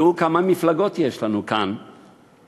ראו כמה מפלגות יש לנו כאן במדינה,